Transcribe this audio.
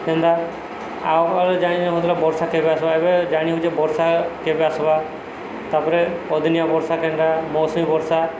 କେନ୍ତା ଆଉ ଆଗକାଳରେ ଜାଣିନାଇଁ ହଉଥିଲା ବର୍ଷା କେବେ ଆସିବା ଏବେ ଜାଣି ହେଉଛେ ବର୍ଷା କେବେ ଆସବା ତାପରେ ଅଦିନିଆ ବର୍ଷା କେନ୍ତା ମୌସୁମୀ ବର୍ଷା